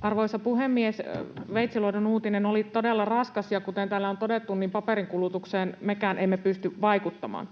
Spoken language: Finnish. Arvoisa puhemies! Veitsiluodon uutinen oli todella raskas, ja kuten täällä on todettu, niin paperinkulutukseen mekään emme pysty vaikuttamaan.